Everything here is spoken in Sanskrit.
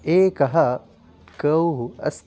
एकः गौः अस्ति